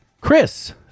Chris